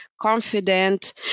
confident